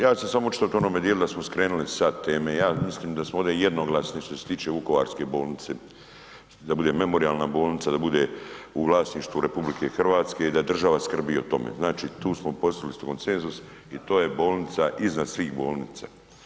Ja ću se samo očitovat u onome dijelu da smo skrenuli sa teme, ja mislim da smo ovdje jednoglasni što se tiče vukovarske bolnice, da bude memorijalna bolnica, da bude u vlasništvu RH i da država skrbi o tome, znači tu smo postigli smo konsenzus i to je bolnica iznad svih bolnica.